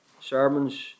sermons